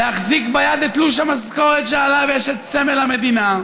להחזיק ביד את תלוש המשכורת שעליו יש את סמל המדינה,